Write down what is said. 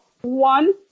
one